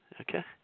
okay